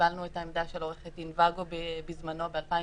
קיבלנו את העמדה של עורכת דין ואגו בזמנו ב-2015.